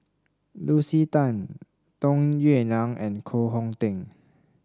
Lucy Tan Tung Yue Nang and Koh Hong Teng